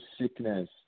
sickness